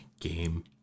game